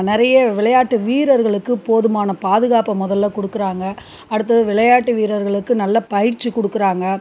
நிறையே விளையாட்டு வீரர்களுக்கு போதுமான பாதுகாப்பை முதல்ல கொடுக்குறாங்க அடுத்தது விளையாட்டு வீரர்களுக்கு நல்ல பயிற்சி கொடுக்குறாங்க